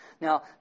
Now